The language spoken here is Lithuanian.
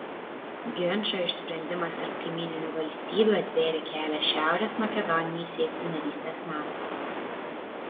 ginčo išsprendimas tarp kaimyninių valstybių atvėrė kelią šiaurės makedonijai siekti narystės nato